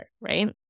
Right